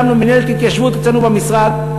הקמנו מינהלת התיישבות אצלנו במשרד,